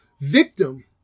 victim